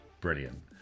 brilliant